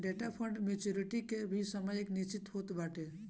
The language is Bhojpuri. डेट फंड मेच्योरिटी के भी समय निश्चित होत बाटे